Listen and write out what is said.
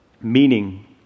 Meaning